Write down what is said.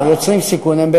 יוצרים סיכונים,